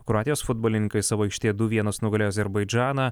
kroatijos futbolininkai savo aikštėje du vienas nugalėjo azerbaidžaną